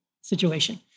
situation